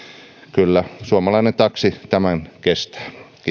kyllä suomalainen taksi tämän kestää